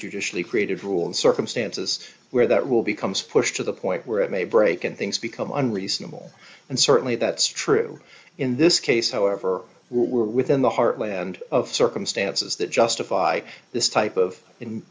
judicially created rule in circumstances where that will becomes pushed to the point where it may break and things become unreasonable and certainly that's true in this case however we're within the heartland of circumstances that justify this type of in